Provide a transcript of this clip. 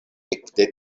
ekde